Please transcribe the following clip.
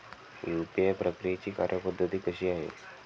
UPI प्रक्रियेची कार्यपद्धती कशी आहे?